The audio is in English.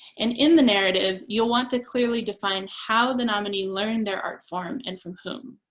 and in the narrative you'll want to clearly define how the nominee learned their art form and from whom.